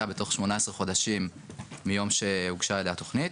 בתוך 18 חודשים מיום שהוגשה אליה תוכנית.